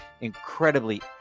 incredibly